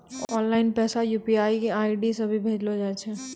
online पैसा UPI ID से भी भेजलो जाय छै